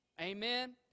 Amen